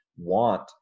want